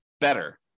better